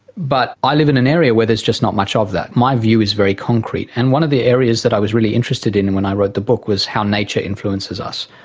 but i live in an area where there's just not much of that, my view is very concrete. and one of the areas that i was really interested in and when i wrote the book was how nature influences us,